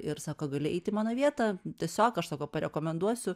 ir sako gali eit į mano vietą tiesiog aš sako parekomenduosiu